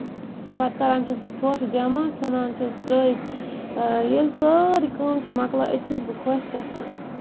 پَتہٕ کران چھَسس ژھۅٹھ جمع ژھٕنان چھَس ترٛٲوِتھ ییٚلہِ سٲرٕے کٲم چھےٚ موکلان اَتہِ چھَس بہٕ خۄش گژھان